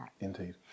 Indeed